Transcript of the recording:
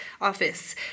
office